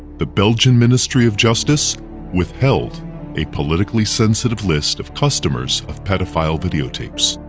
the belgian ministry of justice withheld a politically sensitive list of customers of pedophile videotapes.